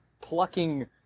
plucking